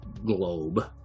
globe